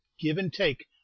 give-and-take